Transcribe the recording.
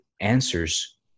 answers